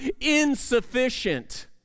insufficient